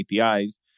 APIs